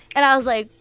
and i was like,